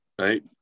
right